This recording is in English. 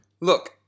Look